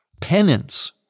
penance